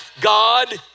God